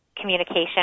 communication